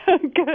Good